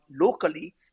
locally